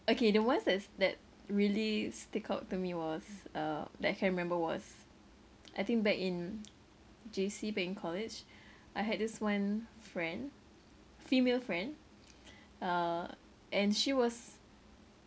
okay the ones that's that really stick out to me was uh that I can remember was I think back in J_C back in college I had this one friend female friend uh and she was